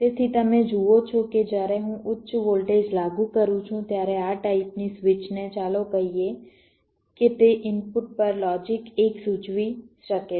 તેથી તમે જુઓ છો કે જ્યારે હું ઉચ્ચ વોલ્ટેજ લાગુ કરું છું ત્યારે આ ટાઇપની સ્વિચને ચાલો કહીએ કે તે ઇનપુટ પર લોજિક 1 સૂચવી શકે છે